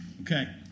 Okay